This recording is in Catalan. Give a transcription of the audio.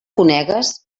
conegues